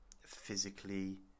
physically